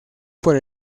por